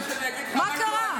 מה קרה?